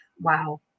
wow